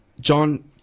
john